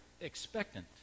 expectant